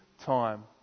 time